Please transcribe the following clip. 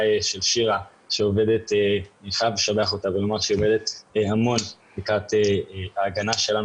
של שירה שאני חייב לשבח אותה ולומר שהיא עובדת המון על ההגנה עלינו,